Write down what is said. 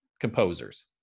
composers